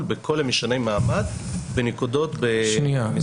בכל משני המעמד בנקודות במסגרת --- שנייה,